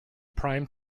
prime